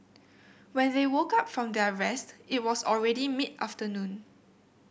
when they woke up from their rest it was already mid afternoon